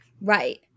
Right